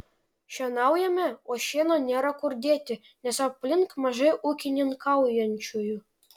šienaujame o šieno nėra kur dėti nes aplink mažai ūkininkaujančiųjų